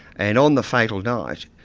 and on the fatal night,